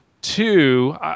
Two